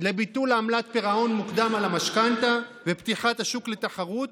לביטול עמלת פירעון מוקדם על המשכנתה ופתיחת השוק לתחרות,